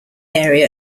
area